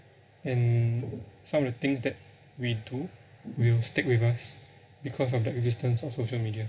and some of the things that we do will stick with us because of the existence of social media